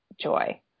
joy